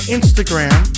Instagram